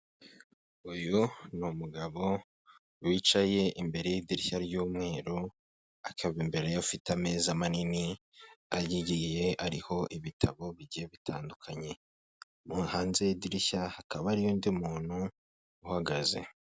Uyu ni umugabo wicaye imbere y'idirishya ry'umweru akaba imbere ye afite amezi manini agiye ariho ibintu bigiye bitandukanye, hanze y'idirishya hakaba hariyo undi muntu uhagaze.